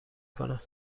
کنم